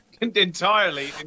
entirely